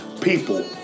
People